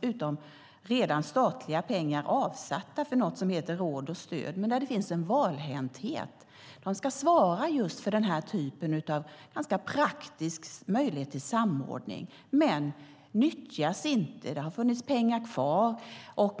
finns redan statliga pengar avsatta för någonting som heter råd och stöd. Men det finns en valhänthet. De pengarna ska svara för den här typen av en ganska praktisk möjlighet till samordning, men de nyttjas inte. Det har funnits pengar kvar.